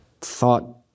thought